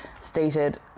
stated